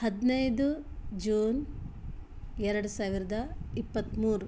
ಹದಿನೈದು ಜೂನ್ ಎರಡು ಸಾವಿರದ ಇಪ್ಪತ್ತ್ಮೂರು